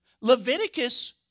Leviticus